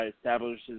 establishes